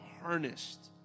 harnessed